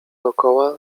dokoła